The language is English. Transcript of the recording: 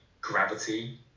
gravity